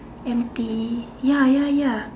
empty ya ya ya